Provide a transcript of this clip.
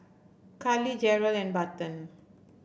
Callie Jarrell and Barton